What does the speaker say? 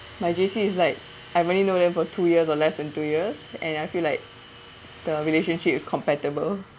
my J_C is like I've only known them for two years or less than two years and I feel like the relationship is compatible